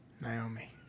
Naomi